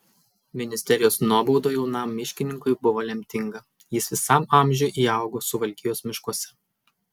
ministerijos nuobauda jaunam miškininkui buvo lemtinga jis visam amžiui įaugo suvalkijos miškuose